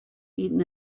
eaten